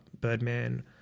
Birdman